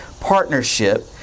partnership